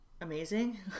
amazing